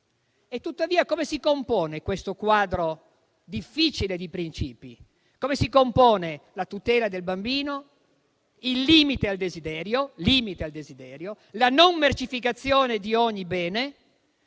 Tuttavia, come si compone questo quadro difficile di princìpi? Come si compone la tutela del bambino, il limite al desiderio, la non mercificazione di ogni bene?